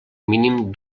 mínim